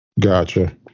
Gotcha